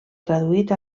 traduït